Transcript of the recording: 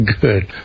Good